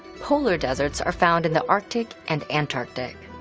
polar deserts are found in the arctic and antarctic.